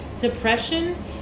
Depression